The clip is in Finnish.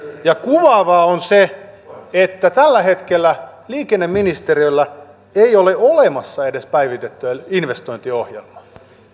kuvaavaa on se että tällä hetkellä liikenneministeriöllä ei ole olemassa edes päivitettyä investointiohjelmaa